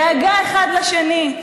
דאגה אחד לשני,